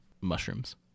mushrooms